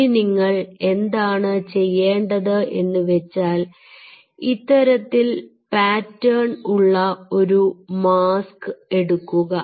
ഇനി നിങ്ങൾ എന്താണ് ചെയ്യേണ്ടത് എന്ന് വെച്ചാൽ ഇത്തരത്തിൽ പാറ്റേൺ ഉള്ള ഒരു മാസ്ക് എടുക്കുക